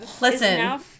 Listen